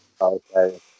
Okay